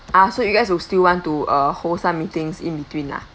ah so you guys would still want to uh hold some meetings in between lah